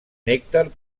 nèctar